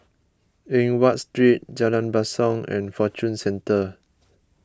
Eng Watt Street Jalan Basong and Fortune Centre